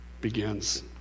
begins